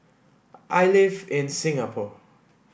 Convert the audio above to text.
I live in Singapore